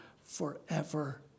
forever